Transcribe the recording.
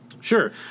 Sure